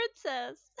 princess